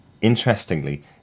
Interestingly